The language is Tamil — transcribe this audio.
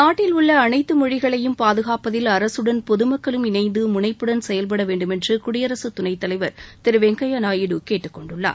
நாட்டில் உள்ள அனைத்து மொழிகளையும் பாதுகாப்பதில் அரசுடன் பொதமக்களும் இணைந்து முனைப்புடன் செயல்பட வேண்டுமென்று குடியரசுத் துணைத் தலைவர் திரு வெங்கையா நாயுடு கேட்டுக்கொண்டுள்ளார்